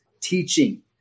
teaching